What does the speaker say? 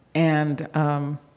and, um,